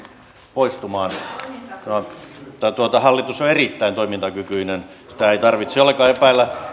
poistumaan tämä hallitus on erittäin toimintakykyinen sitä ei tarvitse ollenkaan epäillä